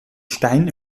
stein